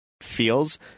Feels